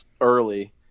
early